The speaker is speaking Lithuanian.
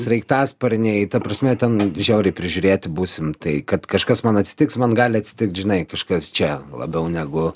sraigtasparniai ta prasme ten žiauriai prižiūrėti būsim tai kad kažkas man atsitiks man gali atsitikt žinai kažkas čia labiau negu